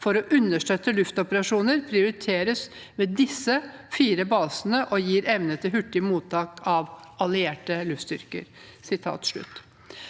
for å understøtte luftoperasjoner prioriteres ved disse fire basene og gir evne til hurtig mottak av allierte luftstyrker.»